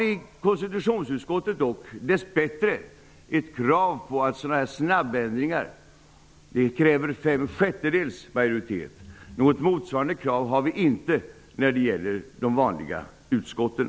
I konstitutionsutskottet har vi dock, dess bättre, ett krav på att sådana snabbändringar kräver fem sjättedels majoritet. Vi har inte något motsvarande krav när det gäller de vanliga utskotten.